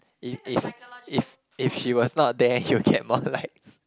if if if if she was not there he'll get more likes